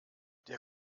der